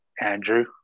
Andrew